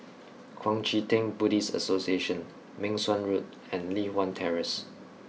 Kuang Chee Tng Buddhist Association Meng Suan Road and Li Hwan Terrace